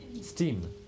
steam